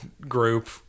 group